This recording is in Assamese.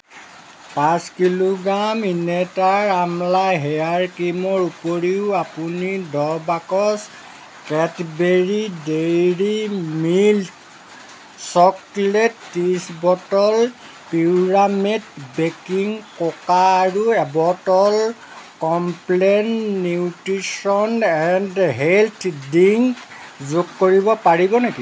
পাঁচ কিলোগ্ৰাম ইনেটাৰ আমলা হেয়াৰ ক্ৰীমৰ উপৰিও আপুনি দহ বাকচ কেটবেৰী ডেইৰী মিল্ক চকলেট ত্ৰিছ বটল পিউৰামেট বেকিং কোকা আৰু এবটল Complan nutrition and health drink যোগ কৰিব পাৰিব নেকি